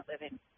living